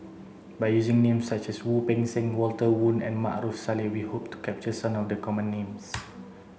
by using names such as Wu Peng Seng Walter Woon and Maarof Salleh we hope to capture some of the common names